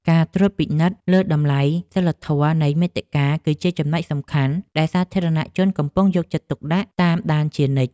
ការត្រួតពិនិត្យលើតម្លៃសីលធម៌នៃមាតិកា គឺជាចំណុចសំខាន់ដែលសាធារណជនកំពុងយកចិត្តទុកដាក់តាមដានជានិច្ច។